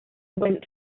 went